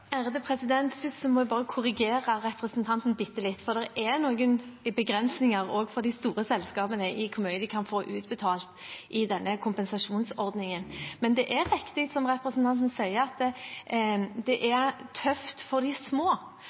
Først må jeg bare korrigere representanten bitte litt, for det er noen begrensninger også for de store selskapene i hvor mye de kan få utbetalt i denne kompensasjonsordningen. Men det er riktig, som representanten sier, at det er tøft for de små,